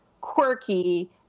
quirky